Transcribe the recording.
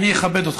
אני אכבד אותך.